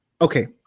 Okay